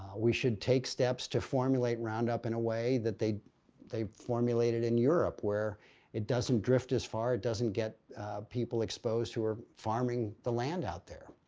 we should take steps to formulate roundup in a way that they they formulated in europe, where it doesn't drift as far. it doesn't get people exposed who are farming the land out there.